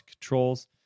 controls